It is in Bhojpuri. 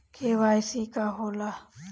के.वाइ.सी का होला?